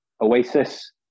Oasis